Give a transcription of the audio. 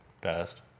best